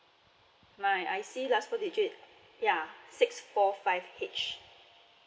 my I_C last four digit ya six four five h